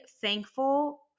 thankful